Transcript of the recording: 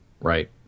Right